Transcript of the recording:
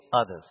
others